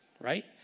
right